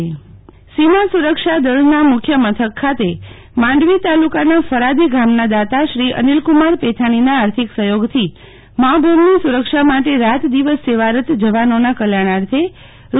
શીતલ વૈશ્નવ પ્રધાનમંત્રી સીમા સુરક્ષા દળના મુખ્ય મથક ખાતે માંડવી તાલુકાના ફરાદી ગામના દાતા શ્રી અનિલકુમાર પેથાણીના આર્થિક સહયોગથી મા ભોમની સુરક્ષા માટે રાત દિવસ સેવારત જવાનોનાં કલ્યાણાર્થે રૂ